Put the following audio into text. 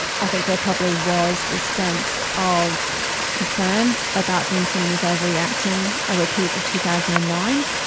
i think there probably was this sense of concern about being seen as overreacting, a repeat of two thousand and nine,